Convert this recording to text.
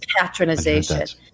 patronization